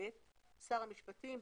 שר המשפטים,